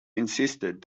insisted